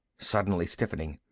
suddenly stiffening.